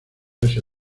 asia